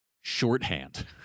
shorthand